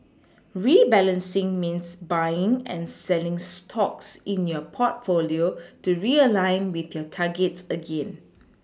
rebalancing means buying and selling stocks in your portfolio to realign with your targets again